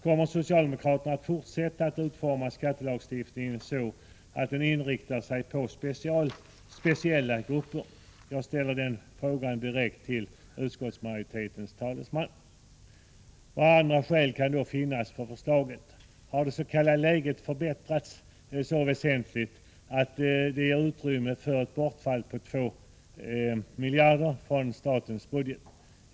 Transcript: Kommer socialdemokraterna att fortsätta att utforma skattelagstiftningen så, att den inriktar sig på speciella grupper? Jag ställer den frågan direkt till utskottsmajoritetens talesman. Vilka andra skäl kan då finnas för förslaget? Har läget förbättrats så väsentligt att det ger utrymme för ett bortfall på 2 miljarder från statens budget?